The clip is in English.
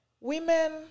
women